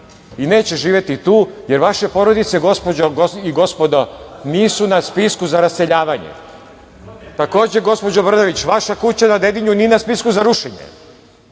i neće živeti tu, jer vaše porodice, gospođo i gospodo, nisu na spisku za raseljavanje? Takođe, gospođo Brnabić, vaša kuća na Dedinju nije na spisku za rušenje